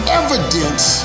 evidence